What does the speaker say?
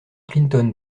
clinton